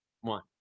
one